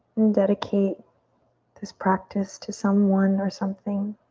and dedicate this practice to someone or something.